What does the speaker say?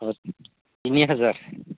अ तिनि हाजार